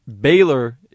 Baylor—